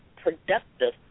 productive